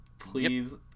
Please